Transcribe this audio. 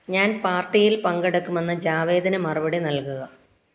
ഞാൻ പാർട്ടിയിൽ പങ്കെടുക്കുമെന്ന് ജാവേദിന് മറുപടി നൽകുക